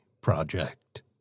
Project